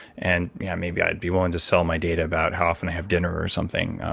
and yeah, maybe i'd be willing to sell my data about how often i have dinner or something.